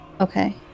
Okay